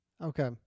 Okay